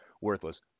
worthless